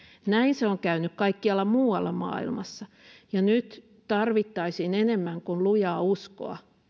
näin se on käynyt kaikkialla muualla maailmassa ja nyt tarvittaisiin enemmän kuin lujaa uskoa